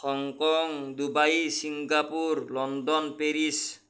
Hong Kong Dubai Singapore London Paris